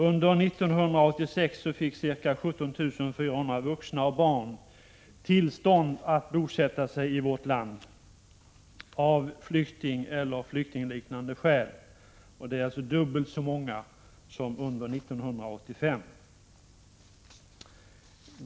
Under 1986 fick ca 17 400 vuxna och barn tillstånd att bosätta sig i vårt land av flyktingskäl eller flyktingliknande skäl. Det är dubbelt så många som 1985.